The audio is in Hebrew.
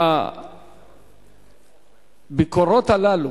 שהביקורות הללו,